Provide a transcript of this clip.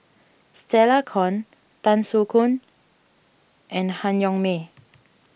Stella Kon Tan Soo Khoon and Han Yong May